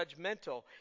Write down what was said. judgmental